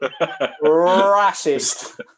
racist